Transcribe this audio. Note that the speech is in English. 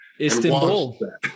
Istanbul